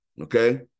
okay